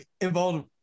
involved